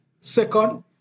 Second